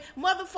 motherfucker